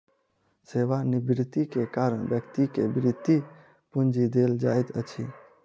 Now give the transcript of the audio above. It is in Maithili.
सेवा निवृति के बाद व्यक्ति के वृति पूंजी देल जाइत अछि